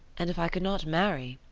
and if i could not marry,